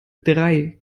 drei